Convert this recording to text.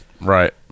Right